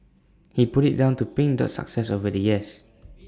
he put IT down to pink Dot's success over the years